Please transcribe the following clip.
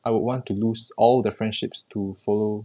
I would want to lose all the friendships to follow